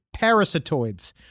parasitoids